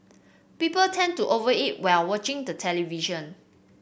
people tend to over eat while watching the television